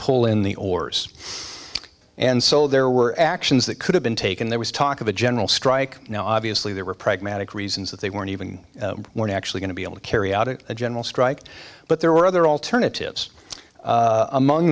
pull in the oars and so there were actions that could have been taken there was talk of a general strike now obviously there were pragmatic reasons that they weren't even weren't actually going to be able to carry out a general strike but there were other alternatives among